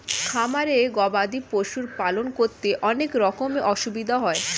খামারে গবাদি পশুর পালন করতে অনেক রকমের অসুবিধা হয়